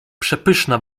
przepyszna